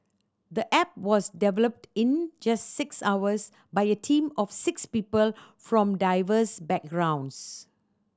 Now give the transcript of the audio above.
the app was developed in just six hours by a team of six people from diverse backgrounds